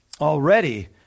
already